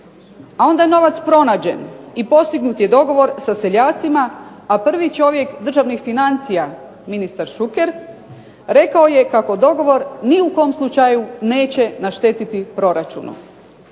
A onda je novac pronađen i postignut je dogovor sa seljacima, a prvi čovjek državnih financija, ministar Šuker, rekao je kako dogovor ni u kom slučaju neće naštetiti proračunu.